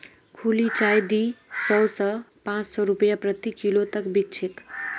खुली चाय दी सौ स पाँच सौ रूपया प्रति किलो तक बिक छेक